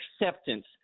acceptance